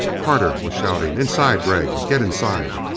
carter was shouting, inside gregg! get inside!